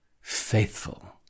faithful